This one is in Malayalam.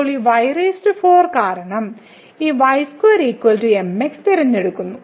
ഇപ്പോൾ ഈ y4 കാരണം ഈ y2 mx തിരഞ്ഞെടുക്കുന്നു